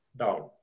down